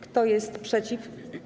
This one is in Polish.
Kto jest przeciw?